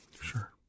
Sure